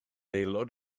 aelod